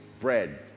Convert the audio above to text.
bread